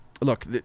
look